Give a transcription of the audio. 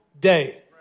day